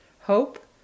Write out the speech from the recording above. hope